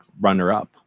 runner-up